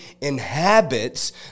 inhabits